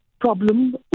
problem